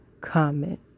comment